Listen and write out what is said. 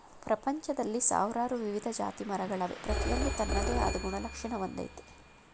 ಪ್ರಪಂಚ್ದಲ್ಲಿ ಸಾವ್ರಾರು ವಿವಿಧ ಜಾತಿಮರಗಳವೆ ಪ್ರತಿಯೊಂದೂ ತನ್ನದೇ ಆದ್ ಗುಣಲಕ್ಷಣ ಹೊಂದಯ್ತೆ